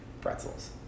Pretzels